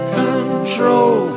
control